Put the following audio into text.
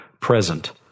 present